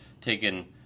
taken